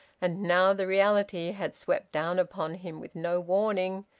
and now the reality had swept down upon him with no warning,